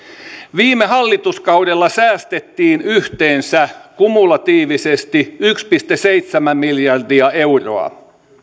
viime hallituskaudella säästettiin yhteensä kumulatiivisesti yksi pilkku seitsemän miljardia euroa